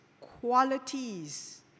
qualities